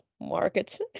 markets